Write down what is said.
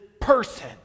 person